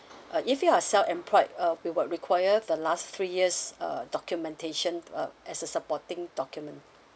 uh if you are self employed uh we would require the last three years uh documentation uh as a supporting document